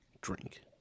Drink